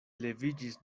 leviĝis